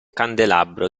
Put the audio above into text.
candelabro